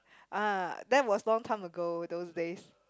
uh that was long time ago those days